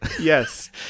Yes